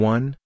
One